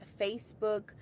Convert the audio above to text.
Facebook